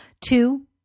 Two